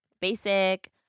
Basic